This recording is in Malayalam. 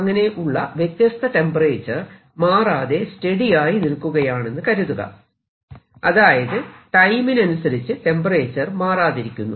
അങ്ങനെ ഉള്ള വ്യത്യസ്ത ടെമ്പറേച്ചർ മാറാതെ സ്റ്റെഡി ആയി നിൽക്കുകയാണെന്നു കരുതുക അതായത് ടൈമിനനുസരിച്ച് ടെമ്പറേച്ചർ മാറാതിരിക്കുന്നു